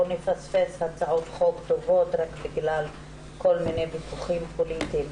נפספס הצעות חוק טובות רק בגלל ויכוחים פוליטיים.